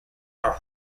are